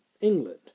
England